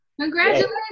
Congratulations